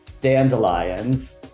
Dandelions